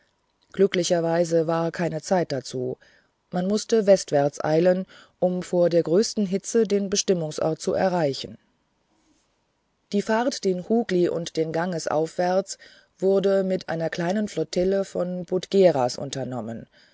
glücklicherweise war keine zeit dazu man mußte westwärts eilen um vor der größten hitze den bestimmungsort zu erreichen die fahrt den hugli und den ganges aufwärts wurde mit einer kleinen flotille von budgeras unternommen